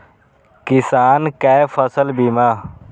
किसान कै फसल बीमा?